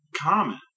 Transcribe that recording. common